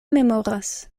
memoras